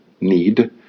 need